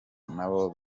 nabo